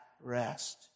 rest